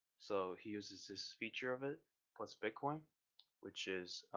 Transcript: so he uses this feature of it plus bitcoin which is